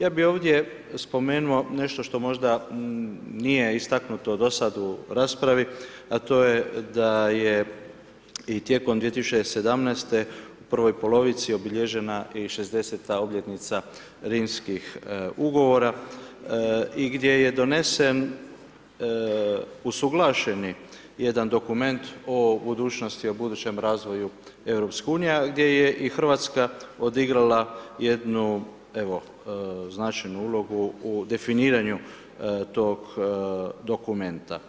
Ja bih ovdje spomenuo nešto što možda nije istaknuto do sada u raspravi, a to je da je i tijekom 2017. u prvoj polovici obilježena i 60. obljetnica Rimskih ugovora i gdje je donesen usuglašeni jedan dokument o budućnosti o budućem razvoju EU, a gdje je i Hrvatska odigrala jednu značajnu ulogu u definiranju tog dokumenta.